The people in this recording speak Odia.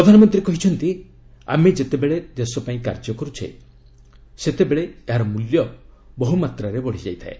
ପ୍ରଧାନମନ୍ତ୍ରୀ କହିଛନ୍ତି ଆମେ ଯେତେବେଳେ ଦେଶ ପାଇଁ କାର୍ଯ୍ୟ କରୁଛେ ସେତେବେଳେ ଏହାର ମୂଲ୍ୟ ବହୁମାତ୍ରାରେ ବଢ଼ିଯାଇଥାଏ